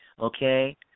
okay